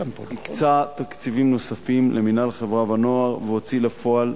הקצה תקציבים נוספים למינהל חברה ונוער והוציא לפועל